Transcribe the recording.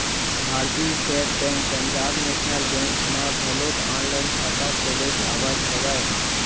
भारतीय state bank Punjab national bank म घलोक ऑनलाईन खाता खोले जावत हवय